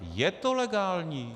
Je to legální.